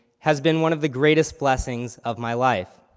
has been one of the greatest blessings of my life,